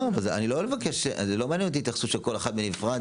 לא מעניינת אותי התייחסות של כל אחד בנפרד,